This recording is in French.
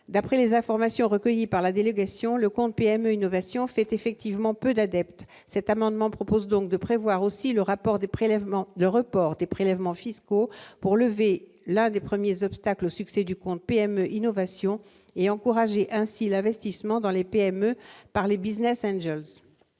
d'après les informations recueillies par la délégation le compte PME Innovation fait effectivement peu d'adeptes, cet amendement propose donc de prévoir aussi le rapport des prélèvements de report des prélèvements fiscaux pour lever l'un des premiers obstacles au succès du compte PME Innovation et encourager ainsi la veste seulement dans les PME parler Business un job.